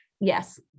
Yes